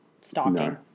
stalking